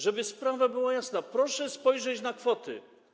Żeby więc sprawa była jasna, proszę spojrzeć na kwoty.